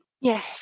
Yes